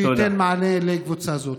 שייתן מענה לקבוצה זו.